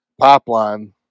pipeline